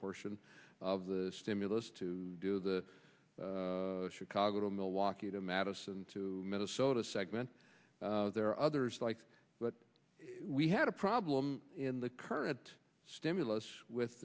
portion of the stimulus to do the chicago to milwaukee to madison to minnesota segment there are others like but we had a problem in the current stimulus with